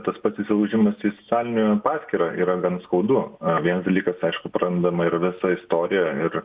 tas pats įsilaužimas į socialinę paskyrą yra gan skaudu vienas dalykas aišku prarandama ir visa istorija ir